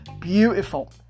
Beautiful